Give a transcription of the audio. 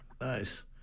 Nice